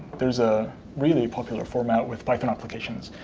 there's a really popular format with python applications.